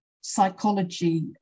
psychology